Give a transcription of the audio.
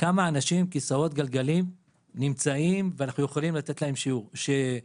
כמה אנשים עם כיסאות גלגלים נמצאים ואנחנו יכולים לתת להם שירות.